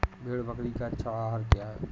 भेड़ बकरी का अच्छा आहार क्या है?